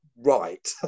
right